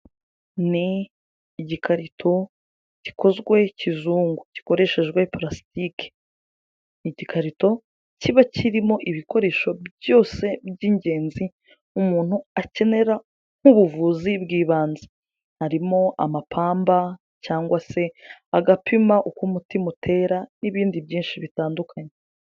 Ni igikarito gikozwe kizungu, gikoreshejwe parasitike, ni igikarito kiba kirimo ibikoresho byose by'ingenzi umuntu akenera nk'ubuvuzi bw'ibanze, harimo amapamba cyangwa se agapima uko umutima utera n'ibindi byinshi bitandukanye.